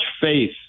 faith